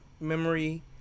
Memory